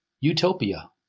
utopia